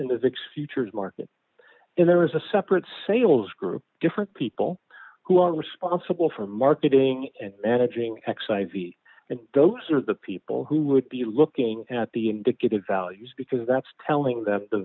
vix futures market in there is a separate sales group different people who are responsible for marketing and managing x i v and those are the people who would be looking at the indicative values because that's telling that the